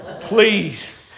Please